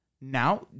Now